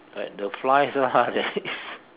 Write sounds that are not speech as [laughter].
like the flies ah that is [laughs]